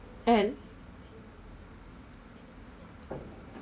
and